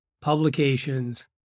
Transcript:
publications